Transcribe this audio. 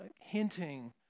hinting